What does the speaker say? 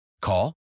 Call